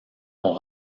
ont